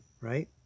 Right